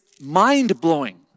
mind-blowing